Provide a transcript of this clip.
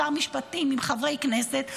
שר משפטים עם חברי כנסת.